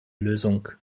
lösung